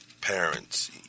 parents